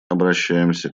обращаемся